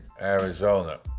Arizona